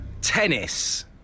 tennis